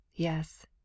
yes